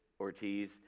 Ortiz